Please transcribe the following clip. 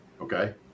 Okay